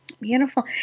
beautiful